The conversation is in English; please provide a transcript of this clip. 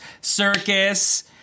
circus